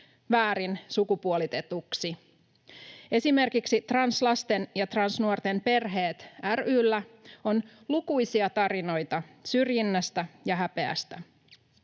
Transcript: väärin sukupuolitetuksi. Esimerkiksi Translasten ja -nuorten perheet ry:llä on lukuisia tarinoita syrjinnästä ja häpeästä.